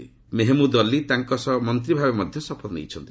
ମହମ୍ମଦ ମେହେମୁଦ୍ ଅଲ୍କୀ ତାଙ୍କ ସହ ମନ୍ତ୍ରୀ ଭାବେ ମଧ୍ୟ ଶପଥ ନେଇଛନ୍ତି